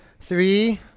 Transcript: Three